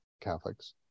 Catholics